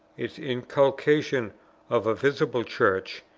its inculcation of a visible church,